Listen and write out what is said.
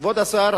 כבוד השר,